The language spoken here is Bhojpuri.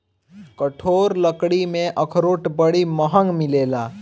कठोर लकड़ी में अखरोट बड़ी महँग मिलेला